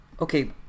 okay